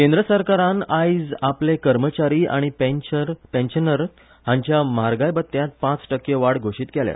केंद्र सरकारान आयज आपले कर्मचारी आनी पेन्शनर हांच्या म्हारगाय भत्त्यांत पांच टक्के वाड घोशीत केल्या